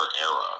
era